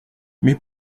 mais